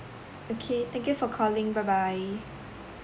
okay thank you for calling bye bye